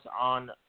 on